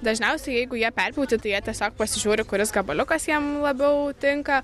dažniausiai jeigu jie perpjauti tai jie tiesiog pasižiūri kuris gabaliukas jiems labiau tinka